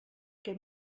què